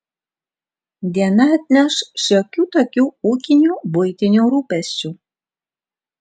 diena atneš šiokių tokių ūkinių buitinių rūpesčių